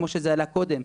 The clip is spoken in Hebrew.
כמו שזה עלה קודם,